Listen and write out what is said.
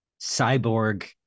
cyborg